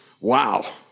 Wow